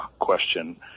question